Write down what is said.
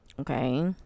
okay